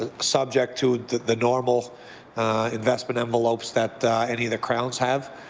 subject to the normal investment envelopes that any of the crowns have,